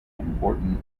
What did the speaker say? important